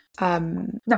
No